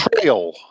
trail